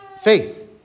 faith